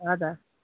हजुर